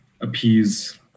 appease